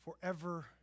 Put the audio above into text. forever